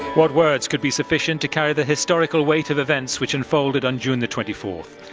what words could be sufficient to carry the historical weight of events which unfolded on june the twenty fourth.